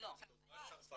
--- זה לא רק צרפת.